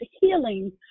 healing